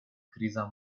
criza